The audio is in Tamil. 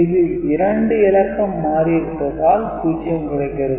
இதில் இரண்டு இலக்கம் மாறியிருப்பதால் 0 கிடைகிறது